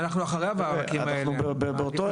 אנחנו אחרי המאבקים האלה, אנחנו באותו אירוע.